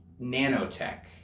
nanotech